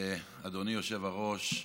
אדוני היושב-ראש,